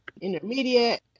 intermediate